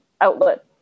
outlet